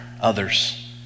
others